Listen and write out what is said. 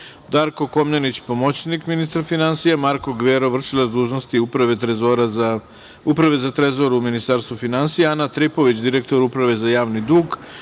Darko Komnenić, pomoćnik ministra finansija, Marko Gvero, vršilac dužnosti Uprave za Trezor u Ministarstvu finansija, Ana Tripović, direktor Uprave za javni dug